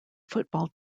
football